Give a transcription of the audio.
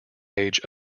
age